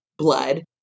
blood